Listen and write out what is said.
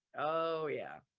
oh yeah.